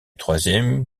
troisième